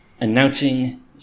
announcing